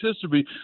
history